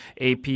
AP